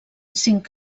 cinc